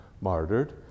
martyred